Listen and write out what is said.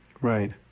Right